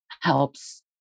helps